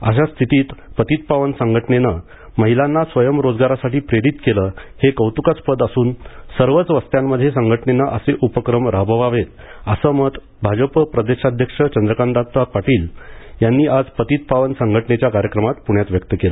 अशा स्थितीत पतित पावन संघटनेने महिलांना स्वयं रोजगारासाठी प्रेरित केले हे कौतुकास्पद असून सर्वच वस्त्यांमध्ये संघटनेने असे उपक्रम राबवावेत असे मत भाजपा प्रदेशाध्यक्ष चंद्रकांतदादा पाटील यांनी आज पतित पावन संघटनेच्या कार्यक्रमात प्ण्यात व्यक्त केले